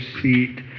seat